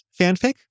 fanfic